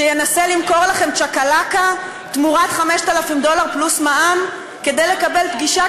שינסה למכור לכם צ'קלקה תמורת 5,000 דולר פלוס מע"מ כדי לקבל פגישה,